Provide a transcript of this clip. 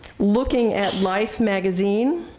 looking at life magazine,